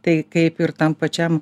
tai kaip ir tam pačiam